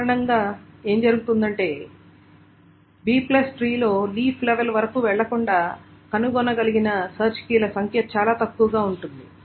సాధారణంగా ఏమి జరుగుతుందంటే Bట్రీ లో లీఫ్ లెవెల్ వరకు వెళ్లకుండా కనుగొనగలిగిన సెర్చ్ కీల సంఖ్య చాలా తక్కువగా ఉంటుంది